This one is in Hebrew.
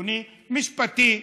אדוני: משפטי,